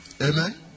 Amen